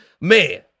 Man